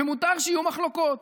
ומותר שיהיו מחלוקות,